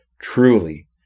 Truly